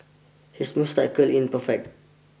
his moustache curl in perfect